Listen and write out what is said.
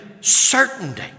certainty